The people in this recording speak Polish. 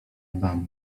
adama